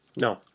No